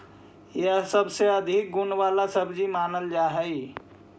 यह सबसे अधिक गुण वाला सब्जी मानल जा हई